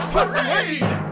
Parade